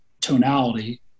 tonality